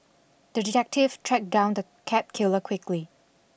the detective tracked down the cat killer quickly